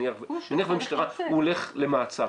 נניח שהוא הולך למעצר,